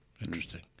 Interesting